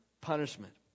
punishment